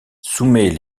soumet